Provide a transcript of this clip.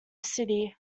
city